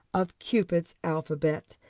of cupid's alphabet,